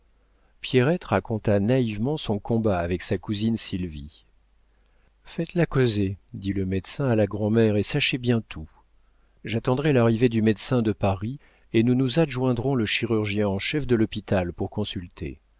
pierrette raconta naïvement son combat avec sa cousine sylvie faites-la causer dit le médecin à la grand'mère et sachez bien tout j'attendrai l'arrivée du médecin de paris et nous nous adjoindrons le chirurgien en chef de l'hôpital pour consulter